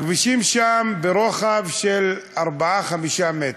הכבישים שם הם ברוחב של 5-4 מטרים,